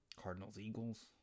Cardinals-Eagles